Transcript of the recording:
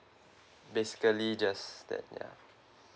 basically just that ya